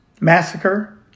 massacre